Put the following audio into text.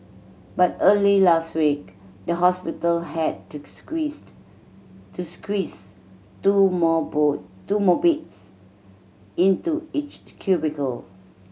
but early last week the hospital had to squeezed to squeeze two more two more beds into each cubicle